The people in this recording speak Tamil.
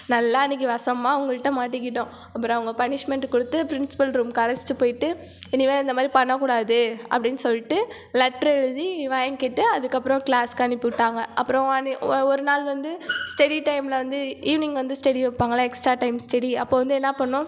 நல்லா அன்றைக்கி வசமாக அவங்கள்ட்ட மாட்டிக்கிட்டோம் அப்புறம் அவங்க பனிஷ்மெண்ட்டு கொடுத்து ப்ரின்ஸ்பல் ரூமுக்கு அழைச்சிட்டு போய்விட்டு இனிமே இந்த மாதிரி பண்ணக்கூடாது அப்படினு சொல்லிட்டு லெட்ரு எழுதி வாங்கிட்டு அதுக்கப்புறம் க்ளாஸுக்கு அனுப்பி விட்டாங்க அப்புறம் வா நீ ஒ ஒரு நாள் வந்து ஸ்டடி டைமில் வந்து ஈவினிங் வந்து ஸ்டடி வைப்பாங்கள்ல எக்ஸ்ட்ரா டைம் ஸ்டடி அப்போ வந்து என்ன பண்ணோம்